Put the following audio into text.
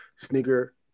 sneaker